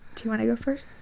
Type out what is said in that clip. to and go first?